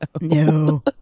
No